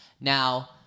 Now